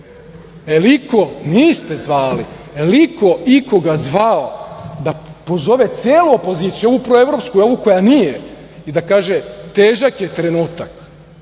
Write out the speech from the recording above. Niste zvali. Jel iko ikoga zvao, da pozove celu opoziciju, ovu proevropsku i ovu koja nije i da kaže – težak je trenutak,